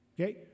okay